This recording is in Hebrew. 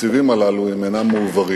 התקציבים האלה אם הם אינם מועברים